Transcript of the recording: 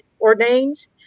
ordains